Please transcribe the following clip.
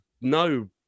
no